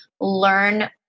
learn